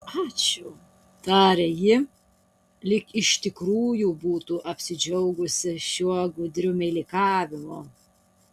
ačiū tarė ji lyg iš tikrųjų būtų apsidžiaugusi šiuo gudriu meilikavimu